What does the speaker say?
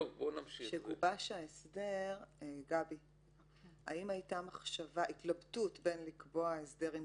האם כשגובש ההסדר הייתה התלבטות בין קביעת הסדר עם